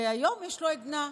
והיום יש לו עדנה,